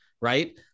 right